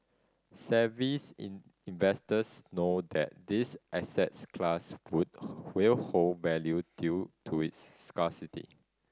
savvy investors know that this assets class would will hold value due to its scarcity